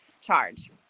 charge